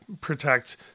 protect